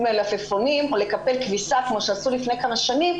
מלפפונים או לקפל כביסה כמו שעשו לפני כמה שנים,